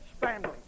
family